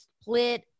split